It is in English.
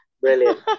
Brilliant